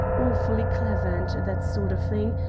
awfully clever and that sort of thing,